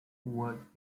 worked